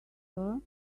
her